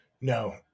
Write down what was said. no